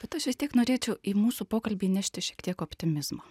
bet aš vis tiek norėčiau į mūsų pokalbį įnešti šiek tiek optimizmo